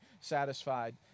satisfied